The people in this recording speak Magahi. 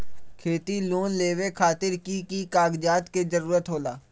खेती लोन लेबे खातिर की की कागजात के जरूरत होला?